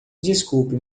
desculpe